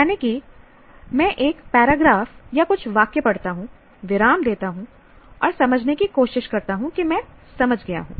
यानी कि मैं एक पैराग्राफ या कुछ वाक्य पढ़ता हूं विराम देता हूं और समझने की कोशिश करता हूं कि मैं समझ गया हूं